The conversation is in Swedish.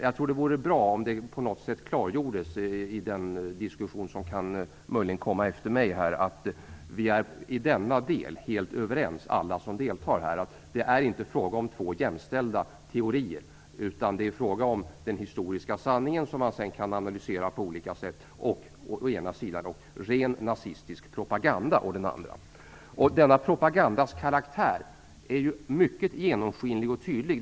Jag tror att det vore bra om det på något sätt klargjordes i den diskussion som möjligen kommer efter mig att vi i denna del är helt överens, alla som deltar här, om att detta inte är en fråga om två jämställda teorier. Det är fråga om å ena sidan den historiska sanningen som man sedan kan analysera på olika sätt, och å andra sidan ren nazistisk propaganda. Denna propagandas karaktär är mycket genomskinlig och tydlig.